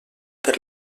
per